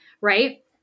Right